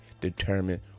determine